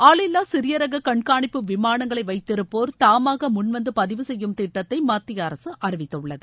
ஆளில்லா சிறிய ரக கண்காணிப்பு விமானங்களை வைத்திருப்போர் தாமாக முன்வந்து பதிவு செய்யும் திட்டத்தை மத்திய அரசு அறிவித்துள்ளது